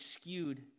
skewed